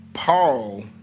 Paul